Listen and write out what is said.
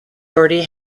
already